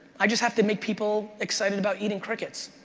i just have to make people excited about eating crickets.